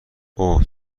اوه